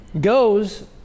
goes